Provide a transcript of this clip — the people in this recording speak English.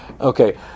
Okay